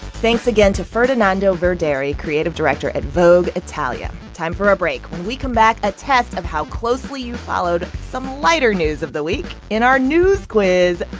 thanks again to ferdinando verderi, creative director at vogue italia. time for a break when we come back, a test of how closely you followed some lighter news of the week in our news quiz,